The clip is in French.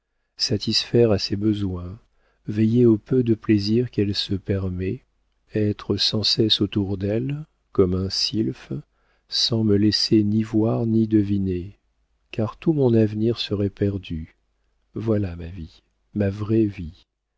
satisfaire à ses besoins veiller au peu de plaisir qu'elle se permet être sans cesse autour d'elle comme un sylphe sans me laisser ni voir ni deviner car tout mon avenir serait perdu voilà ma vie ma vraie vie